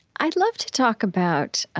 i'd love to talk about